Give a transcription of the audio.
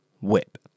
whip